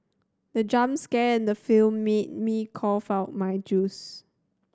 the jump scare in the film made me cough out my juice